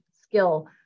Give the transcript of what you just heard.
skill